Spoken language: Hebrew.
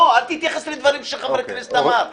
לא, אל תתייחס לדברים שחבר כנסת אמר.